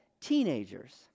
teenagers